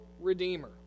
redeemer